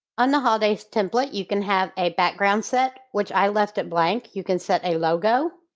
on the holidays template, you can have a background set which i left it blank, you can set a logo.